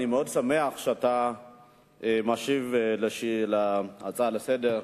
אני מאוד שמח שאתה משיב על ההצעה לסדר-היום.